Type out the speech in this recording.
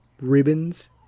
ribbons